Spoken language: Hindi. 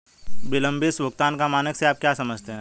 विलंबित भुगतान का मानक से आप क्या समझते हैं?